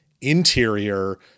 interior